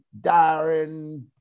darren